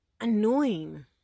annoying